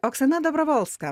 oksana dobrovolska